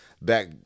back